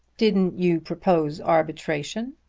didn't you propose arbitration?